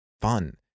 fun